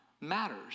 matters